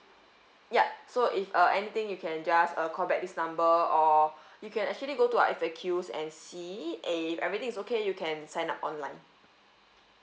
yup so if uh anything you can just uh call back this number or you can actually go to our F_A_Qs and see it and if everything is okay you can sign up online